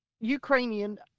Ukrainian